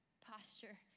posture